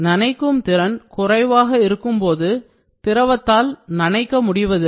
நனைக்கும் திறன் குறைவாக இருக்கும்போது திரவத்தால் நனைக்க முடிவதில்லை